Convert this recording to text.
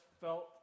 felt